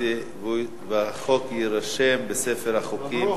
והחוק יירשם בספר החוקים.